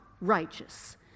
righteous